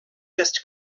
just